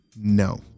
no